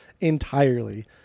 entirely